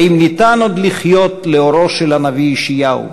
האם ניתן עוד לחיות לאורו של הנביא ישעיהו,